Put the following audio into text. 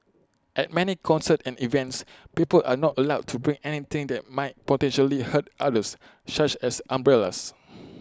at many concerts and events people are not allowed to bring anything that might potentially hurt others such as umbrellas